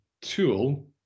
tool